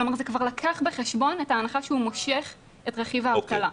כלומר זה כבר לקח בחשבון את ההנחה שהוא מושך את רכיב האבטלה.